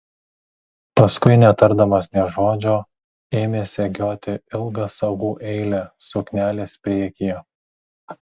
paskui netardamas nė žodžio ėmė segioti ilgą sagų eilę suknelės priekyje